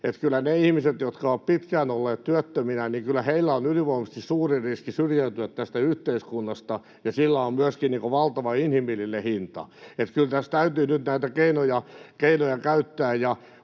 kyllä niillä ihmisillä, jotka ovat pitkään olleet työttöminä, on ylivoimaisesti suurin riski syrjäytyä tästä yhteiskunnasta. Ja sillä on myöskin valtava inhimillinen hinta, niin että kyllä tässä täytyy nyt näitä keinoja käyttää.